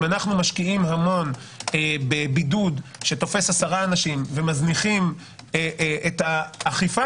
אם אנחנו משקיעים המון בבידוד שתופס עשרה אנשים ומזניחים את אכיפת